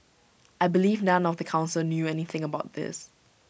I believe none of the Council knew anything about this